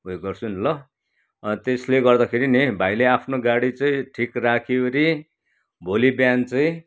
उयो गर्छु नि ल त्यसले गर्दाखेरि नि भाइले आफ्नो गाडी चाहिँ ठिक राखिओरि भोलि बिहान चाहिँ